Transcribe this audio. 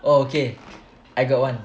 okay I got one